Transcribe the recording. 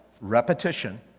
Repetition